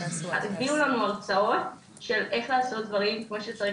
הביאו לנו הרצאות של איך לעשות דברים כמו שצריך,